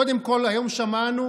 קודם כול, היום שמענו